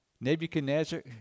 Nebuchadnezzar